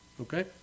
Okay